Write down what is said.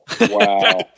Wow